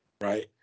right